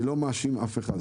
אני לא מאשים אף אחד,